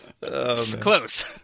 Close